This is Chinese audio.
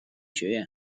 学院